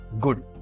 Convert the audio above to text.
good